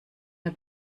mir